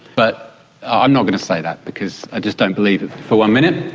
but i'm not going to say that because i just don't believe it for one minute.